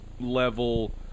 level